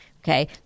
Okay